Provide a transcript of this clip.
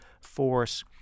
force